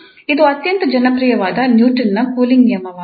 ಇದು ಅತ್ಯಂತ ಜನಪ್ರಿಯವಾದ ನ್ಯೂಟನ್ನ ಕೂಲಿಂಗ್ ನಿಯಮವಾಗಿದ್ದು Newtons Law of Cooling